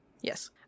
Yes